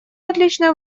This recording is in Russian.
отличную